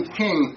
king